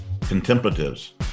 contemplatives